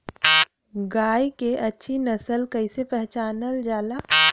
गाय के अच्छी नस्ल कइसे पहचानल जाला?